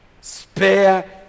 Spare